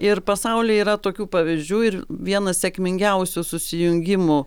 ir pasaulyje yra tokių pavyzdžių ir vienas sėkmingiausių susijungimų